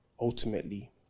ultimately